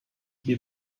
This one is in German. wir